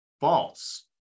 false